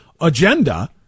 agenda